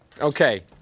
okay